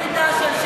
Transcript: מתנגדת לזה, נקודה.